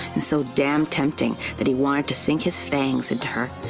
and so damned tempting that he wanted to sink his fangs into her,